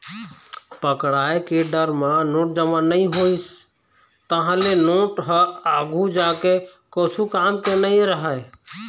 पकड़ाय के डर म नोट जमा नइ होइस, तहाँ ले नोट ह आघु जाके कछु काम के नइ रहय